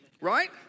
right